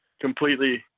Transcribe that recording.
completely